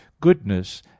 goodness